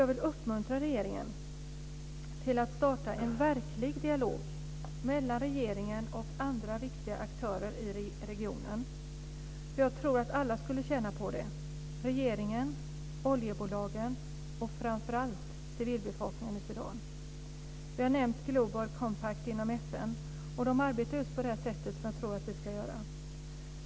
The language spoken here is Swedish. Jag vill därför uppmuntra regeringen till att starta en verklig dialog mellan regeringen och viktiga aktörer i regionen, för jag tror att alla skulle tjäna på det; regeringen, oljebolagen och framför allt civilbefolkningen i Sudan. Vi har nämnt Global Compact inom FN. De arbetar just på det sätt som jag tror att vi ska göra.